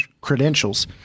credentials